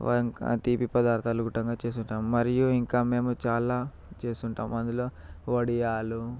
వంక తీపి పదార్థాలు కూడా చేస్తుంటాము మరియు ఇంకా మేము చాలా చేస్తుంటాము అందులో వడియాలు